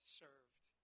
served